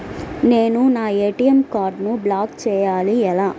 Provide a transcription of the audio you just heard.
నేను నా ఏ.టీ.ఎం కార్డ్ను బ్లాక్ చేయాలి ఎలా?